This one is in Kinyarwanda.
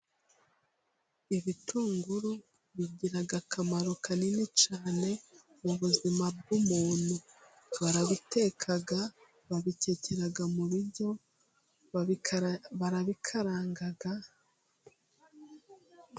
Ibitunguru bigira akamaro kanini cyane mu buzima bw'umuntu, barabiteka, babikekera mu biryo, barabikaranga.